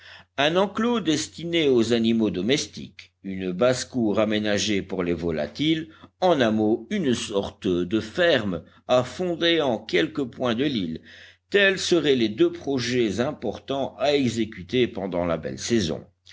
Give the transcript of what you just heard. un enclos destiné aux animaux domestiques une basse-cour aménagée pour les volatiles en un mot une sorte de ferme à fonder en quelque point de l'île tels seraient les deux projets importants à exécuter pendant la belle saison